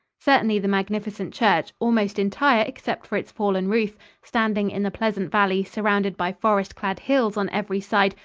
certainly the magnificent church almost entire except for its fallen roof standing in the pleasant valley surrounded by forest-clad hills on every side,